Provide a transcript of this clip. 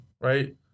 right